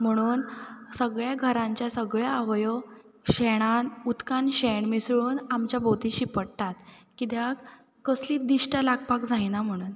म्हणून सगळ्या घरांच्या सगळ्या आवयो शेणान उदकान शेण मिसळून आमच्या भोंवती शिंपडटात कित्याक कसलीय दिश्ट लागपाक जायना म्हणून